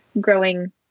growing